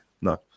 No